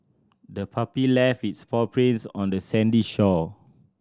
the puppy left its paw prints on the sandy shore